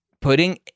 putting